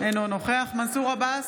אינו נוכח מנסור עבאס,